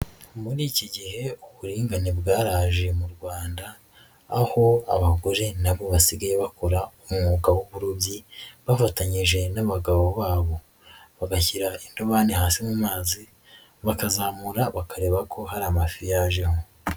Muri iki gihe uburinganire bwaraje mu Rwanda, aho abagore na bo basigaye bakora umwuga w'uburobyi bafatanyije n'abagabo ba bo, bagashyira indobani hasi mu mazi, bakazamura bakareba ko hari amafi yajeho.